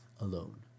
alone